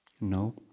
No